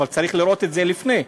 אבל צריך לראות את זה לפני כן.